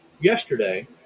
Yesterday